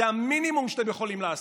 זה המינימום שאתם יכולים לעשות.